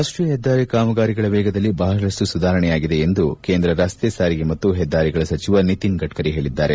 ರಾಷ್ಟೀಯ ಹೆದ್ದಾರಿ ಕಾಮಗಾರಿಗಳ ವೇಗದಲ್ಲಿ ಬಹಳಷ್ಟು ಸುಧಾರಣೆಯಾಗಿದೆ ಎಂದು ಕೇಂದ್ರ ರಸ್ತೆ ಸಾರಿಗೆ ಮತ್ತು ಹೆದ್ದಾರಿಗಳ ಸಚಿವ ನಿತಿನ್ ಗಡ್ತರಿ ಹೇಳಿದ್ದಾರೆ